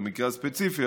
תודה, חבר הכנסת מקלב.